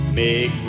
make